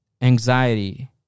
anxiety